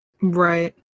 Right